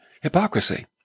hypocrisy